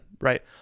Right